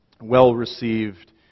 well-received